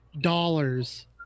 dollars